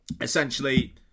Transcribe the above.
essentially